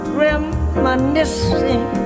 reminiscing